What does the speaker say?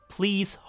Please